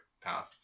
path